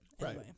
Right